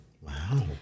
Wow